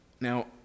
Now